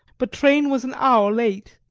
but train was an hour late.